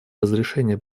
разрешения